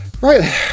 Right